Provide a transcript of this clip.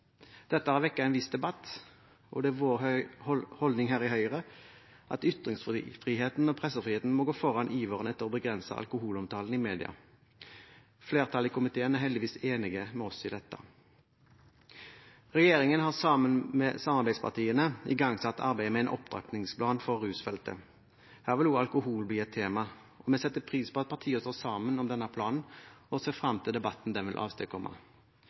Dette har vekket en viss debatt, og det er vår holdning i Høyre at ytringsfriheten og pressefriheten må gå foran iveren etter å begrense alkoholomtalen i media. Flertallet i komiteen er heldigvis enig med oss i dette. Regjeringen har sammen med samarbeidspartiene igangsatt arbeidet med en opptrappingsplan for rusfeltet. Her vil også alkohol bli et tema, og vi setter pris på at partiene står sammen om denne planen og ser frem til debatten den vil